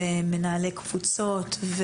ומנהלי קבוצות,